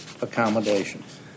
accommodations